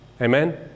Amen